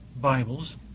Bibles